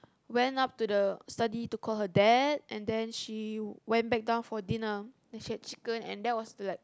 went up to the study to call her dad and then she went back down for dinner and she had chicken and that was the like